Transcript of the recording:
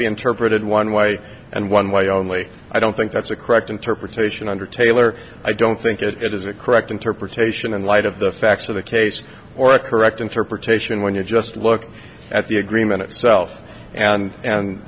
be interpreted one way and one way only i don't think that's a correct interpretation under taylor i don't think it is a correct interpretation in light of the facts of the case or a correct interpretation when you just look at the agreement itself and and